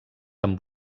amb